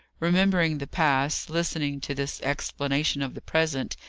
remembering the past, listening to this explanation of the present,